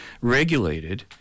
Regulated